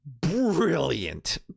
brilliant